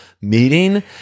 meeting